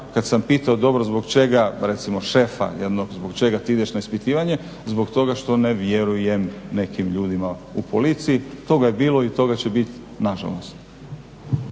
kada sam pitao dobro zbog čega, recimo šefa, zbog čega ti ideš na ispitivanje, zbog toga što ne vjerujem nekim ljudima u policiji. Toga je bilo i toga će biti, nažalost.